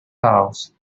house